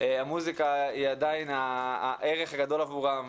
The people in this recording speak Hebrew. המוסיקה היא עדיין הערך הגדול עבורם.